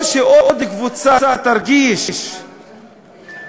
או שעוד קבוצה תרגיש שהיא